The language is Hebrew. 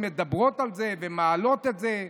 שמדברות על זה ומעלות את זה.